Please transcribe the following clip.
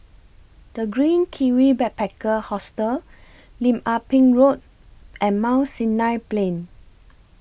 The Green Kiwi Backpacker Hostel Lim Ah Pin Road and Mount Sinai Plain